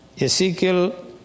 Ezekiel